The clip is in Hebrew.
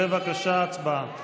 בבקשה, הצבעה.